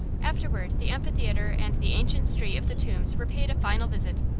afterward the amphitheatre and the ancient street of the tombs were paid a final visit,